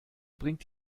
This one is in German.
bringt